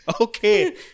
Okay